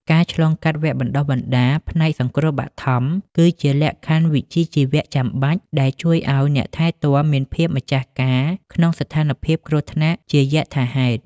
ការឆ្លងកាត់វគ្គបណ្តុះបណ្តាលផ្នែកសង្គ្រោះបឋម គឺជាលក្ខខណ្ឌវិជ្ជាជីវៈចាំបាច់ ដែលជួយឱ្យអ្នកថែទាំមានភាពម្ចាស់ការក្នុងស្ថានភាពគ្រោះថ្នាក់ជាយថាហេតុ។